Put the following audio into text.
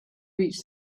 reached